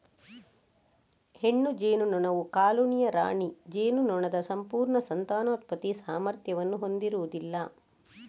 ಹೆಣ್ಣು ಜೇನುನೊಣವು ಕಾಲೋನಿಯ ರಾಣಿ ಜೇನುನೊಣದ ಸಂಪೂರ್ಣ ಸಂತಾನೋತ್ಪತ್ತಿ ಸಾಮರ್ಥ್ಯವನ್ನು ಹೊಂದಿರುವುದಿಲ್ಲ